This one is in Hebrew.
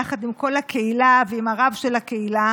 יחד עם כל הקהילה ועם הרב של הקהילה.